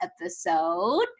episode